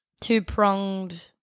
Two-pronged